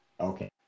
Okay